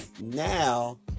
Now